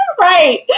Right